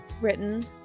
Written